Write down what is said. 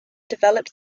developed